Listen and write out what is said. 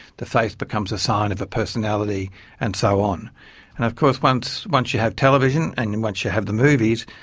the face becomes a sign of a personality and so on. and of course once once you have television and once you have the movies,